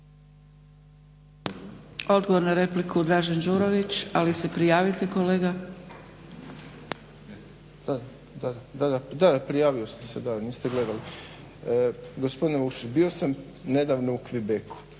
Odgovor na repliku Dražen Đurović, ali se prijavite kolega. **Đurović, Dražen (HDSSB)** Da, da, prijavio sam se, da niste gledali. Gospodine Vukšić, bio sam nedavno u Quebecu